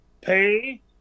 pay